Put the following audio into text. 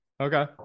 Okay